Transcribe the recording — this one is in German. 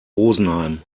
rosenheim